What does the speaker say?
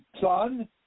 son